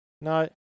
No